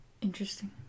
Interesting